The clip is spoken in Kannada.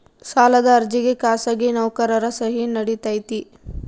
ಸಾಲದ ಅರ್ಜಿಗೆ ಖಾಸಗಿ ನೌಕರರ ಸಹಿ ನಡಿತೈತಿ?